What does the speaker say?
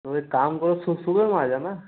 तो एक काम करो सु सुबह में आ जाना